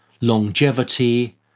longevity